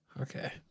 Okay